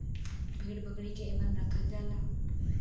भेड़ बकरी के एमन रखल जाला